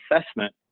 assessment